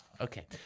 Okay